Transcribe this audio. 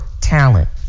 talent